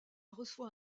reçoit